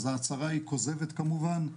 אז ההצהרה היא כוזבת כמובן,